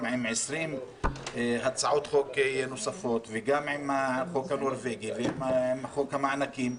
עם 20 הצעות חוק נוספות וגם עם החוק הנורבגי וחוק המענקים?